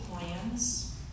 plans